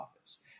office